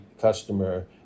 customer